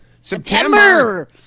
September